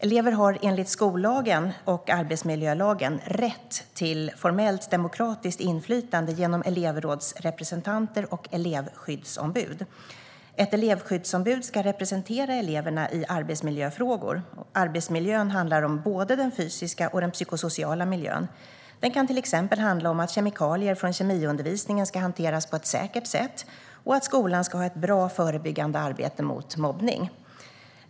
Elever har enligt skollagen och arbetsmiljölagen rätt till formellt demokratiskt inflytande genom elevrådsrepresentanter och elevskyddsombud. Ett elevskyddsombud ska representera eleverna i arbetsmiljöfrågor. Arbetsmiljön handlar om både den fysiska och den psykosociala miljön. Det kan till exempel handla om att kemikalier från kemiundervisningen ska hanteras på ett säkert sätt och att skolan ska ha ett bra förebyggande arbete mot mobbning.